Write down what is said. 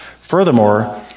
Furthermore